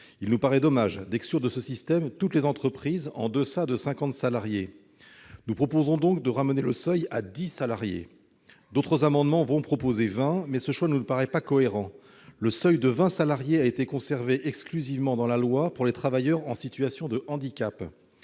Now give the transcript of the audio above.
Il nous paraît dommage d'exclure de ce système toutes les entreprises comptant moins de 50 salariés. Nous proposons donc de ramener le seuil à 10 salariés. D'autres amendements tendent à proposer un seuil de 20 salariés, mais ce choix ne nous paraît pas cohérent. Le seuil de 20 salariés a été conservé exclusivement dans la loi pour les travailleurs en situation de handicap.